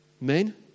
Men